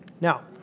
Now